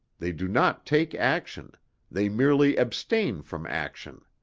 they do not take action they merely abstain from action.